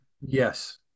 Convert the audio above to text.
yes